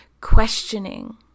questioning